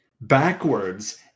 backwards